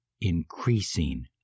increasing